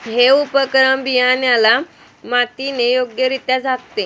हे उपकरण बियाण्याला मातीने योग्यरित्या झाकते